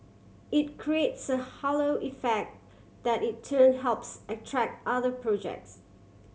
it creates a halo effect that in turn helps attract other projects